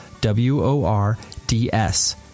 w-o-r-d-s